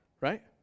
Right